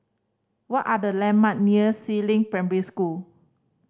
what are the landmark near Si Ling Primary School